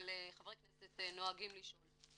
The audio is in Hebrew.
אבל חברי כנסת נוהגים לשאול.